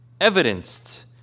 Evidenced